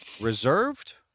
reserved